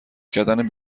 کردن